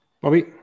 Bobby